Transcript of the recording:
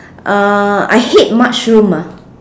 uh I hate mushroom ah